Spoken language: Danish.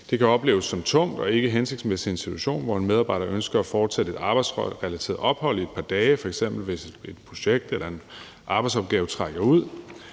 Det kan opleves som tungt, og det er ikke en hensigtsmæssig situation, hvor en medarbejder ønsker at fortsætte et arbejdsrelateret ophold i et par dage, f.eks. hvis et projekt eller en arbejdsopgave trækker ud.